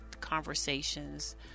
conversations